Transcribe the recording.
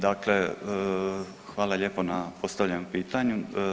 Dakle, hvala lijepo na postavljenom pitanju.